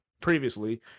previously